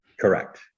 Correct